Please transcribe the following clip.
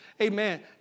Amen